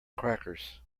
crackers